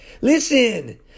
Listen